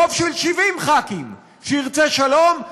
רוב של 70 ח"כים שירצה שלום,